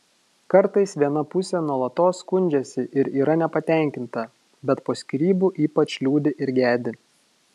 kartais viena pusė nuolatos skundžiasi ir yra nepatenkinta bet po skyrybų ypač liūdi ir gedi